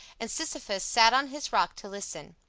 and sisyphus sat on his rock to listen.